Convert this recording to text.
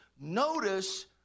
Notice